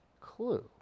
clue